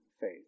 faith